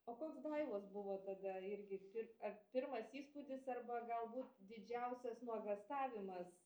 o koks daivos buvo tada irgi pir ar pirmas įspūdis arba galbūt didžiausias nuogąstavimas